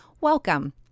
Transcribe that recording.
Welcome